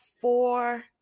four